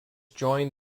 joined